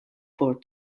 for